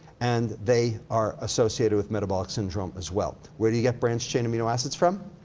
and they are associated with metabolic syndrome as well. where do you get branched-chain amino acids from?